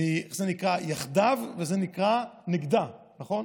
זה נקרא יחדה וזה נקרא נגדה, נכון?